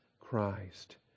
Christ